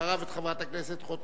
אחריו, חברת הכנסת חוטובלי.